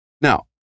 Now